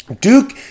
Duke